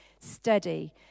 steady